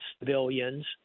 civilians